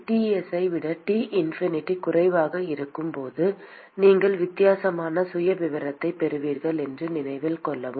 Ts ஐ விட T infinity குறைவாக இருக்கும் போது நீங்கள் வித்தியாசமான சுயவிவரத்தை பெறுவீர்கள் என்பதை நினைவில் கொள்ளவும்